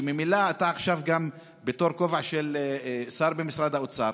וממילא אתה עכשיו גם בכובע של שר במשרד האוצר,